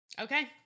Okay